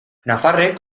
nafarrek